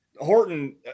Horton